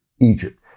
Egypt